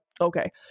Okay